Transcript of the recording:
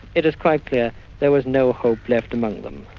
it is quite clear there was no hope left among them.